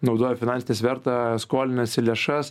naudoja finansinį svertą skolinasi lėšas